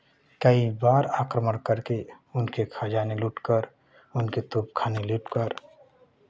कई बार आक्रमण करके उनके खजाने लूटकर उनके तोपखाने लूटकर